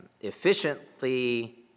efficiently